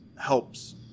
helps